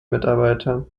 mitarbeiter